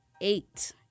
eight